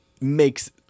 makes